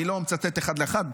אני לא מצטט אחד לאחד,